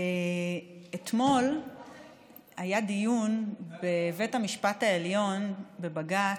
אתמול היה דיון בבית המשפט העליון, בבג"ץ,